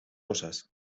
cosas